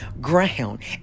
ground